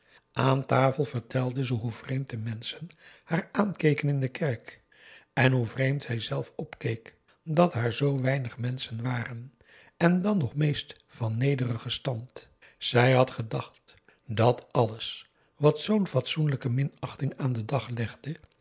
aan tafel vertelde ze hoe vreemd de menschen haar aankeken in de kerk en hoe vreemd zij zelf opkeek dat daar zoo weinig menschen waren en dan nog meest van nederigen stand zij had gedacht dat alles wat zoo'n fatsoenlijke minachting aan den dag legde